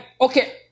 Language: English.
okay